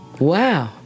Wow